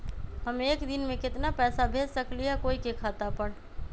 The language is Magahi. हम एक दिन में केतना पैसा भेज सकली ह कोई के खाता पर?